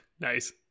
Nice